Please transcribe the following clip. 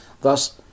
Thus